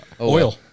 Oil